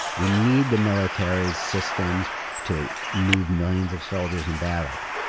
we need the military's systems to move millions of soldiers in battle.